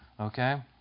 Okay